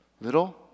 little